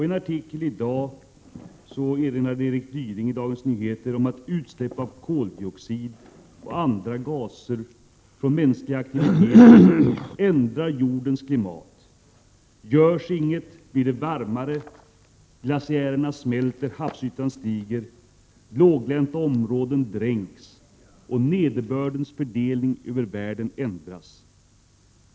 I en artikel i dagens nummer av Dagens Nyheter erinrar Eric Dyring om att utsläpp av koldioxider och andra gaser från mänskliga aktiviteter ändrar jordens klimat. Görs inget blir det varmare, glaciärerna smälter, havsytan stiger, låglänta områden dränks och nederbördens fördelning över världen ändras.